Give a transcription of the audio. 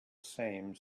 same